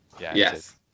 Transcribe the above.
Yes